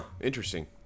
interesting